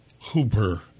Hooper